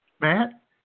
Matt